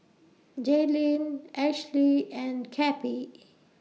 Jalynn Ashlie and Cappie